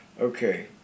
Okay